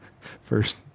first